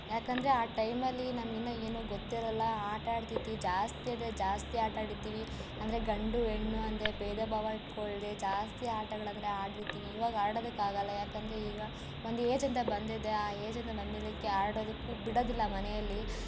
ಯಾಕಂದರೆ ಆ ಟೈಮಲ್ಲಿ ನಮ್ಗಿನ್ನು ಏನೂ ಗೊತ್ತಿರೋಲ್ಲ ಆಟ ಆಡ್ತಿದ್ವಿ ಜಾಸ್ತಿ ಅಂದರೆ ಜಾಸ್ತಿ ಆಟಾಡಿರ್ತಿವಿ ಅಂದರೆ ಗಂಡು ಹೆಣ್ಣು ಅನ್ನದೆ ಭೇದಭಾವ ಇಟ್ಟುಕೊಳ್ದೆ ಜಾಸ್ತಿ ಆಟಗಳಂದರೆ ಆಡಿರ್ತೀವಿ ಇವಾಗ ಆಡೋದಕ್ ಆಗೋಲ್ಲ ಯಾಕಂದರೆ ಈಗ ಒಂದು ಏಜ್ ಅಂತ ಬಂದಿದೆ ಆ ಏಜ್ ಅಂತ ಬಂದ ಮೇಲಕ್ಕೆ ಆಡೋದಕ್ಕೂ ಬಿಡೋದಿಲ್ಲ ಮನೆಯಲ್ಲಿ